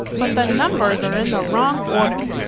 but the numbers are in the wrong order.